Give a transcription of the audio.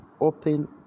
open